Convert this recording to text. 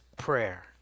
prayer